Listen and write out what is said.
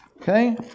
okay